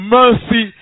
mercy